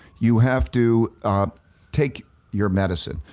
you have to take your medicine.